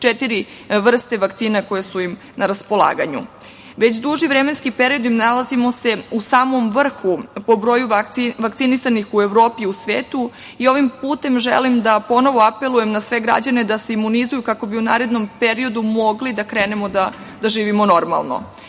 četiri vrste vakcina koje su im na raspolaganju. Već duži vremenski period nalazimo se u samom vrhu po broju vakcinisanih u Evropi i u svetu i ovim putem želim da ponovo apelujem na sve građane da se imunizuju kako bi u narednom periodu mogli da krenemo da živimo normalno. Imamo